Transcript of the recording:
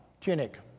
tunic